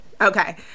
Okay